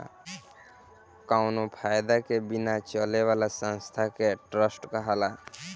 कावनो फायदा के बिना चले वाला संस्था के ट्रस्ट कहाला